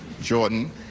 Jordan